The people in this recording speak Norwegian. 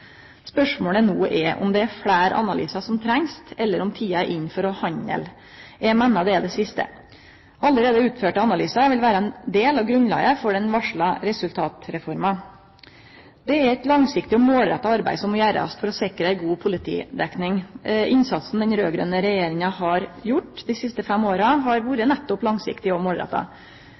Spørsmålet no er om det er fleire analysar som trengst, eller om tida er inne for å handle. Eg meiner det er det siste. Allereie utførte analysar vil vere ein del av grunnlaget for den varsla resultatreforma. Det er eit langsiktig og målretta arbeid som må gjerast for å sikre ei god politidekning. Innsatsen den raud-grøne regjeringa har gjort dei siste fem åra, har vore nettopp langsiktig og målretta.